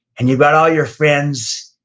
and you've got all your friends,